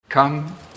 Come